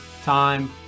time